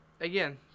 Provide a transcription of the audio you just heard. again